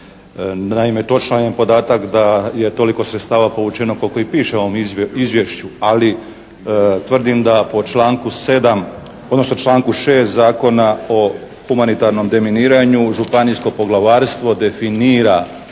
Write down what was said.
Naime, točan je podatak da je toliko sredstava povučeno koliko i piše u ovom izvješću, ali tvrdim da po članku 7., odnosno članku 6. Zakona o humanitarnom deminiranju županijsko poglavarstvo definira